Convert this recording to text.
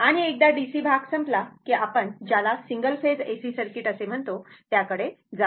आणि एकदा डीसी भाग संपला की आपण ज्याला सिंगल फेज एसी सर्किट म्हणातो त्याकडे जाऊ